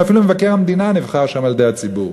ואפילו מבקר המדינה נבחר שם על-ידי הציבור.